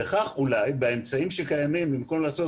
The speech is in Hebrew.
וכך אולי באמצעים שקיימים במקום לעשות